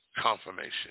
Confirmation